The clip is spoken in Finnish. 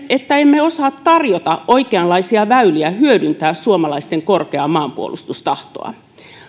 että emme osaa tarjota oikeanlaisia väyliä hyödyntää suomalaisten korkeaa maanpuolustustahtoa